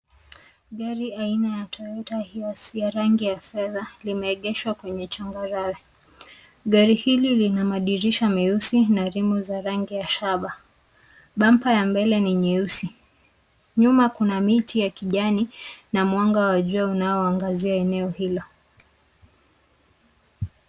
Gari aina ya Toyota Hiace ya rangi ya fedha limeegeshwa kwenye changarawe. Gari hili lina madirisha meusi na rimu [cs ] za rangi ya ya shaba bumber ya mbele ni nyeusi, nyuma kuna miti ya kijani na mwanga wa jua unao angazia eneo hilo.